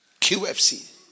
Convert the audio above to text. QFC